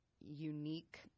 unique